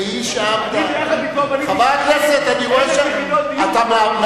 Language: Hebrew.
והיא שעמדה, אני יחד אתו בניתי 1,000